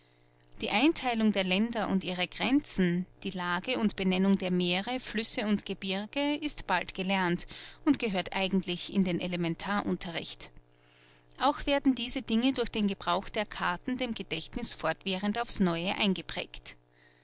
die eintheilung der länder und ihre grenzen die lage und benennung der meere flüsse und gebirge ist bald gelernt und gehört eigentlich in den elementarunterricht auch werden diese dinge durch den gebrauch der karten dem gedächtniß fortwährend auf's neue eingeprägt